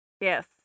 Yes